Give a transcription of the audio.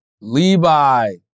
Levi